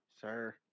Sir